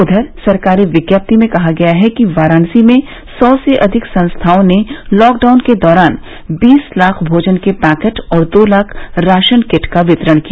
उधर सरकारी विज्ञप्ति में कहा गया कि वाराणसी में सौ से अधिक संस्थाओं ने लॉकडाउन के दौरान बीस लाख भोजन के पैकेट और दो लाख राशन किट का वितरण किया